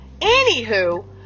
anywho